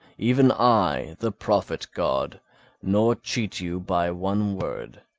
even i, the prophet-god, nor cheat you by one word.